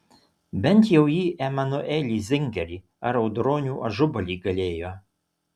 bent jau į emanuelį zingerį ar audronių ažubalį galėjo